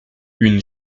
une